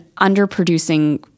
underproducing